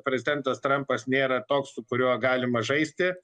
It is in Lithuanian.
prezidentas trampas nėra toks su kuriuo galima žaisti